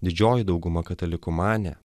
didžioji dauguma katalikų manė